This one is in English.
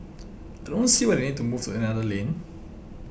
I don't see why they need to move to another lane